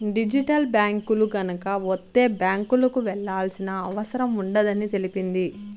digital బ్యాంకులు గనక వత్తే బ్యాంకులకు వెళ్లాల్సిన అవసరం ఉండదని తెలిపింది